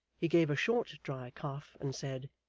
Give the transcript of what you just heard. he gave a short dry cough, and said,